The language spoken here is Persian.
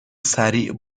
سریع